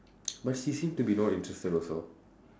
but she seem to be not interested also